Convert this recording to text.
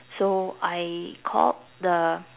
so I called the